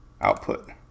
output